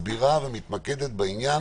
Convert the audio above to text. שמסבירה ומתמקדת בעניין